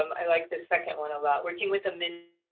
um i like the second one about working with them in